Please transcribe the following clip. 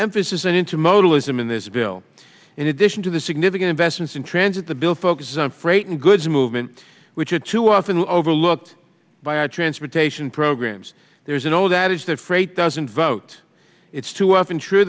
emphasis and into modalism in this bill in addition to the significant investments in transit the bill focuses on freight and goods movement which are too often overlooked by our transportation programs there's an old adage that freight doesn't vote it's too often true